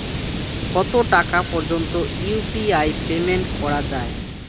কত টাকা পর্যন্ত ইউ.পি.আই পেমেন্ট করা যায়?